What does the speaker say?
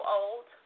old